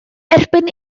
erbyn